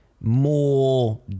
more